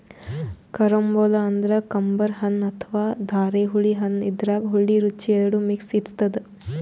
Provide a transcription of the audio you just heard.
carambola ಅಂದ್ರ ಕಂಬರ್ ಹಣ್ಣ್ ಅಥವಾ ಧಾರೆಹುಳಿ ಹಣ್ಣ್ ಇದ್ರಾಗ್ ಹುಳಿ ರುಚಿ ಎರಡು ಮಿಕ್ಸ್ ಇರ್ತದ್